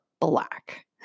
black